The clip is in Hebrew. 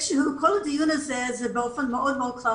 כל הדיון הזה הוא משום מה באופן כללי,